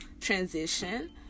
transition